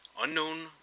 unknown